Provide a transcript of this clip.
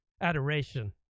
adoration